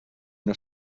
una